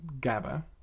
GABA